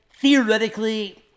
theoretically